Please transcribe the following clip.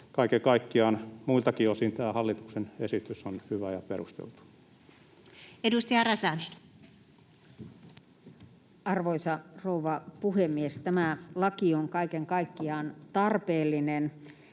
muiltakin osin tämä hallituksen esitys on hyvä ja perusteltu. Edustaja Räsänen. Arvoisa rouva puhemies! Tämä laki on kaiken kaikkiaan tarpeellinen